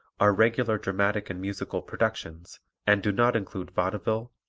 are regular dramatic and musical productions and do not include vaudeville,